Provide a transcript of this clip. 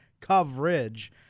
coverage